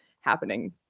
happening